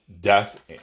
death